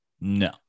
no